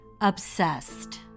Obsessed